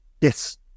Yes